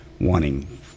wanting